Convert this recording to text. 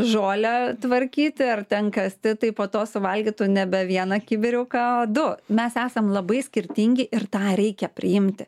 žolę tvarkyti ar ten kasti tai po to suvalgytų nebe vieną kibiriuką o du mes esam labai skirtingi ir tą reikia priimti